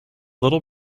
little